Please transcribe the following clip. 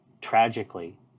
tragically